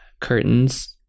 curtains